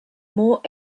more